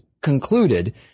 concluded